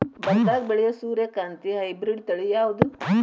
ಬರದಾಗ ಬೆಳೆಯೋ ಸೂರ್ಯಕಾಂತಿ ಹೈಬ್ರಿಡ್ ತಳಿ ಯಾವುದು?